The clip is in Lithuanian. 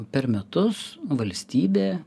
per metus valstybė